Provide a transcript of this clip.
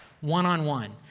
one-on-one